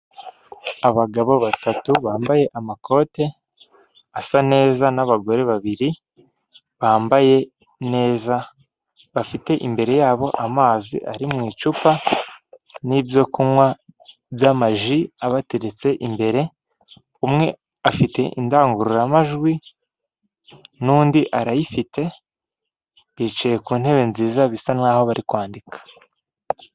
Abagabo batatu bambaye amakoti asa neza n'abagore babiri bambaye neza, bafite imbere ya bo amazi ari mu icupa, n'ibyokunywa by'amaji abateretse imbere, umwe afite indangururamajwi n'undi arayifite bicaye ku ntebe nziza bisa nk'aho bari kwandika.